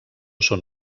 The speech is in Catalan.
són